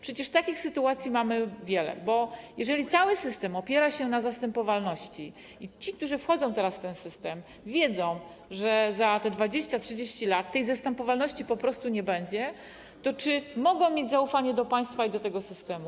Przecież takich sytuacji mamy wiele, bo jeżeli cały system opiera się na zastępowalności i ci, którzy wchodzą teraz w ten system, wiedzą, że za te 20, 30 lat tej zastępowalności po prostu nie będzie, to czy mogą mieć zaufanie do państwa i do tego systemu?